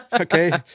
Okay